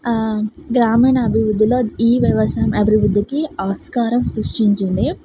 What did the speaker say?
గ్రామీణ అభివృద్ధిలో ఈ వ్యవసాయం అభివృద్ధికి ఆస్కారం సృష్టించింది